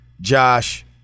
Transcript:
josh